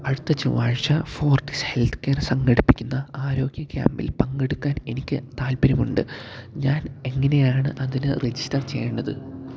അടുത്ത ചൊവ്വാഴ്ച Fortis Healthcare സംഘടിപ്പിക്കുന്ന ആരോഗ്യ ക്യാമ്പിൽ പങ്കെടുക്കാൻ എനിക്ക് താൽപ്പര്യമുണ്ട് ഞാൻ എങ്ങനെയാണ് അതിന് റെജിസ്റ്റർ ചെയ്യേണ്ടത്